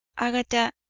agatha,